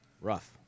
rough